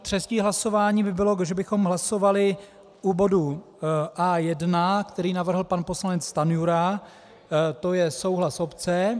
Třetí hlasování by bylo, že bychom hlasovali o bodu A1, který navrhl pan poslanec Stanjura, to je souhlas obce...